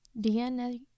DNA